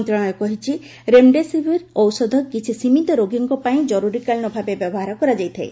ମନ୍ତ୍ରଣାଳୟ କହିଛି ରେମ୍ଡେସିବିର୍ ଔଷଧ କିଛି ସୀମିତ ରୋଗୀଙ୍କ ପାଇଁ ଜରୁରୀକାଳୀନ ଭାବେ ବ୍ୟବହାର କରାଯାଇଥାଏ